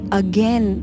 again